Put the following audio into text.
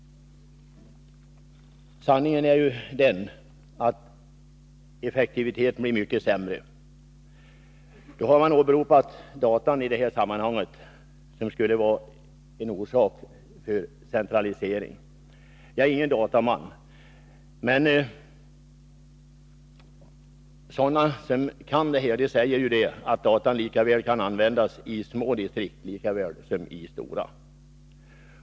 Sanningen är ju den att effektiviteten blir mycket sämre. Man har i detta sammanhang åberopat datan som ett argument för centralisering. Jag är ingen dataman, men de som kan detta säger att datan kan användas lika väl i små distrikt som i stora.